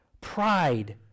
Pride